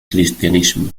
cristianismo